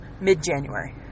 mid-January